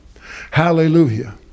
Hallelujah